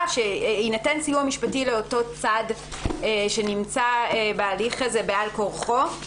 שיינתן סיוע משפטי לאותו צד בהליך הזה בעל כורחו.